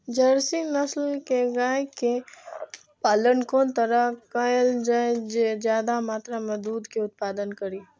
Jersey नस्ल के गाय के पालन कोन तरह कायल जाय जे ज्यादा मात्रा में दूध के उत्पादन करी?